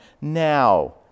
now